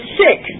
sick